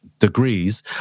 degrees